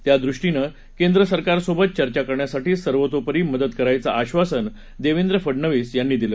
यादृष्टीनं केंद्र सरकारसोबत चर्चा करण्यासाठी सर्वोतोपरी मदत करायचं आश्वासन देवेंद्र फडणवीस यांनी दिलं